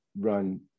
run